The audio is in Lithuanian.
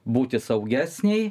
būti saugesnei